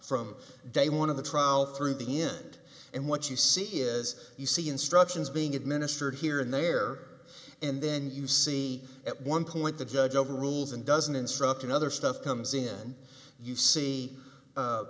from day one of the trial through the end and what you see is you see instructions being administered here and there and then you see at one point the judge overrules and doesn't instruct in other stuff comes in you see